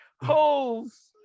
holes